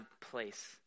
place